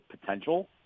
potential